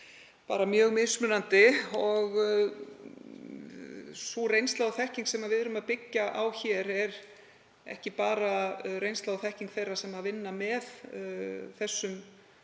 bara mjög mismunandi. Sú reynsla og þekking sem við byggjum á hér er ekki bara reynsla og þekking þeirra sem vinna með þessum